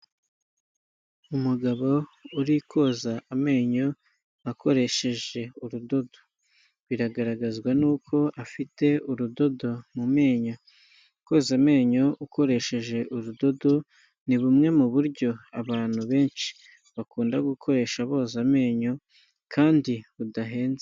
Umugabo uri koza amenyo akoresheje urudodo, biragaragazwa n'uko afite urudodo mu menyo, koza amenyo ukoresheje urudodo ni bumwe mu buryo abantu benshi bakunda gukoresha boza amenyo kandi budahenze.